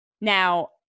Now